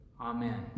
Amen